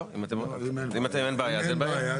טוב, אם אין בעיה אז אין בעיה.